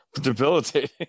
debilitating